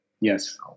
yes